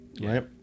right